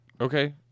Okay